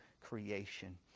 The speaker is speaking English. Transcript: creation